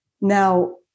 Now